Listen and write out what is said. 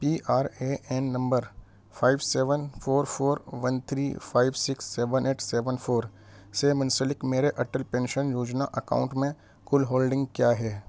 P R A N number five seven four four one three five six seven eight seven four سے منسلک میرے Atal pension Yojana account میں کل holding کیا ہے